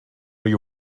you